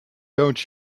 don’t